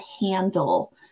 handle